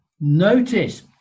Notice